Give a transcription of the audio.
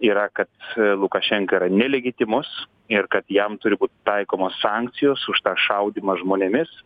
yra kad lukašenka yra nelegitimus ir kad jam turi būt taikomos sankcijos už tą šaudymą žmonėmis